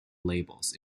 labels